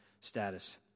status